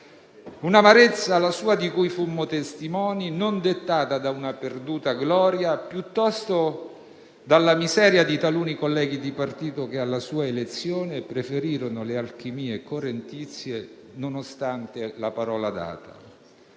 amarezza, di cui fummo testimoni, non fu dettata da una perduta gloria, piuttosto dalla miseria di taluni colleghi di partito che alla sua elezione preferirono le alchimie correntizie nonostante la parola data.